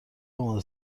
آماده